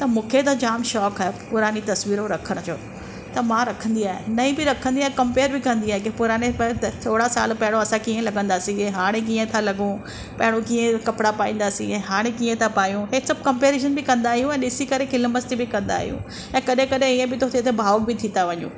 त मूंखे त जामु शौंक़ु आहे पुराणी तस्वीरूं रखण जो त मां रखंदी आहियां नईं बि रखंदी आहियां कंपेयर बि कंदी आहियां की पुराणे पै त थोरा साल पहिरियों त कीअं लॻंदासीं हाणे कीअं था लॻूं पहिरीं कीअं कपिड़ा पाईंदासीं हाणे कीअं था पायूं हे सभु कंपेरिजन बि कंदा आहियूं ऐं ॾिसी करे खिल मश्किरी बि कंदा आहियूं कॾहिं इअं बि थो थिए त भावुक बि था थी वञूं